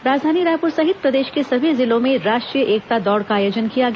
राजधानी रायपुर सहित प्रदेश के सभी जिलों में राष्ट्रीय एकता दौड़ का आयोजन किया गया